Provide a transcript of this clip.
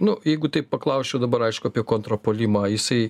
nu jeigu taip paklausčiau dabar aišku apie kontrapuolimą jisai